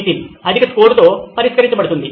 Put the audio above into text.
నితిన్ ఇది అధిక స్కోరుతో పరిష్కరించబడుతుంది